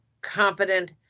competent